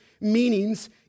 meanings